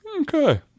Okay